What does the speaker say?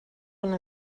una